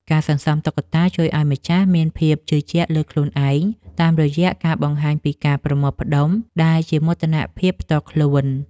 ការសន្សំតុក្កតាជួយឱ្យម្ចាស់មានភាពជឿជាក់លើខ្លួនឯង តាមរយៈការបង្ហាញពីការប្រមូលផ្ដុំដែលជាមោទនភាពផ្ទាល់ខ្លួន។